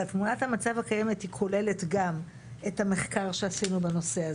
אבל תמונת המצב הקיימת היא כוללת גם את המחקר שעשינו בנושא הזה,